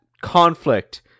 conflict